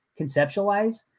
conceptualize